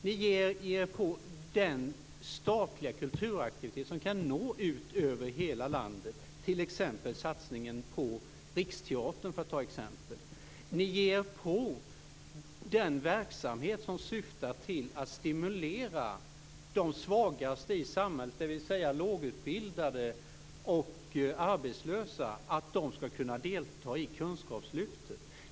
Ni ger er på den statliga kulturaktivitet som kan nå ut över hela landet, t.ex. satsningen på Riksteatern. Ni ger er på den verksamhet som syftar till att stimulera de svagaste i samhället, dvs. lågutbildade och arbetslösa, och deras möjlighet att delta i kunskapslyftet.